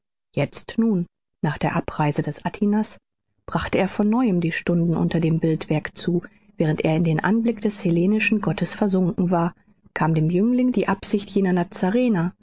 jetzt nun nach der abreise des atinas brachte er von neuem die stunden unter dem bildwerk zu während er in den anblick des hellenischen gottes versunken war kam dem jüngling die absicht jener